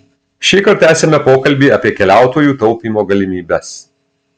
šįkart tęsiame pokalbį apie keliautojų taupymo galimybes